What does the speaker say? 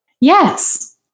yes